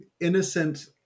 Innocent